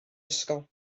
ysgol